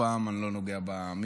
הפעם אני לא נוגע במיקרופונים.